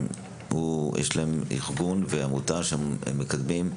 היא עמותה שמקדמת.